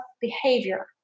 behavior